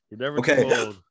okay